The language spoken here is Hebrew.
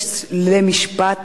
מי יישפל ומי ירום,